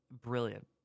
brilliant